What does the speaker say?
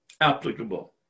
applicable